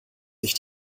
sich